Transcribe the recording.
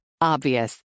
Obvious